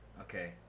okay